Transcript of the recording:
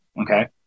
okay